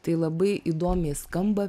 tai labai įdomiai skamba